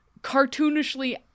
cartoonishly